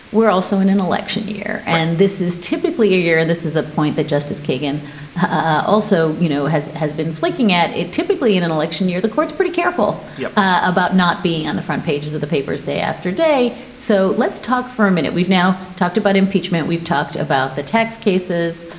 we're also in an election year. and this is typically a year. and this is a point that justice kagan ah also, you know, has has been flicking at it. typically in an election year, the courts pretty careful yeah about not being on the front pages of the papers day after day. so let's talk for a minute. we've now talked about impeachment. we've talked about the tax cases.